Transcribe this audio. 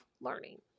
learning